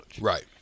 Right